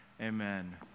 Amen